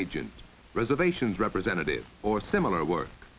agent reservations representative or similar work